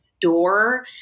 door